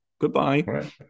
Goodbye